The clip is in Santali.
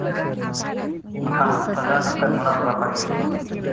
ᱚᱱᱟ ᱥᱟᱦᱟᱱ ᱠᱚ ᱥᱟᱡᱟᱣ ᱠᱟᱛᱮᱫ ᱢᱚᱲᱟ ᱞᱮ ᱨᱟᱯᱟᱜᱮᱭᱟ